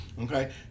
Okay